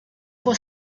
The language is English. for